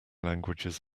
languages